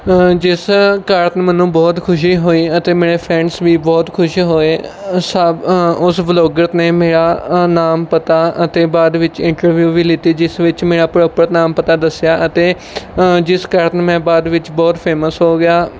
ਜਿਸ ਕਾਰਨ ਮੈਨੂੰ ਬਹੁਤ ਖੁਸ਼ੀ ਹੋਈ ਅਤੇ ਮੇਰੇ ਫ੍ਰੈਡਸ ਵੀ ਬਹੁਤ ਖੁਸ਼ ਹੋਏ ਸਭ ਉਸ ਬਲੌਗਰ ਨੇ ਮੇਰਾ ਨਾਮ ਪਤਾ ਅਤੇ ਬਾਅਦ ਵਿੱਚ ਇੰਨਟਰਵਿਊ ਵੀ ਲਿੱਤੀ ਜਿਸ ਵਿੱਚ ਮੇਰਾ ਪ੍ਰੋਪਰ ਨਾਮ ਪਤਾ ਦੱਸਿਆ ਅਤੇ ਜਿਸ ਕਾਰਨ ਮੈਂ ਬਾਅਦ ਵਿੱਚ ਬਹੁਤ ਫੇਮਸ ਹੋ ਗਿਆ